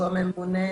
שהוא הממונה